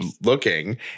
looking